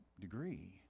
degree